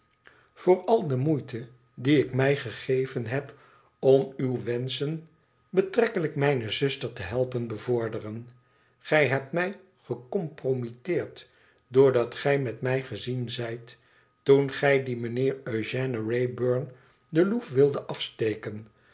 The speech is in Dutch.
voor al de moeite die ik mij gegeven heb om uwe wenschen betrekkelijk mijne zuster te helpen bevorderen gij hebt mij gecompromitteerd doordat gij met mij gezien zijt toen gij dien meneer eugène wraybum de loef wildet afsteken